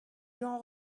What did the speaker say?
jean